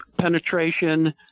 penetration